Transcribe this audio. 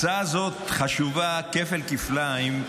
הצעה זאת חשובה כפל-כפליים,